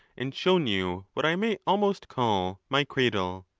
and shown you what i may almost call my cradle.